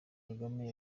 kagame